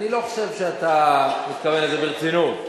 אני לא חושב שאתה מתכוון לזה ברצינות.